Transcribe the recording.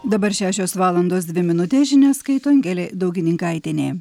dabar šešios valandos dvi minutės žinias skaito angelė daugininkaitienė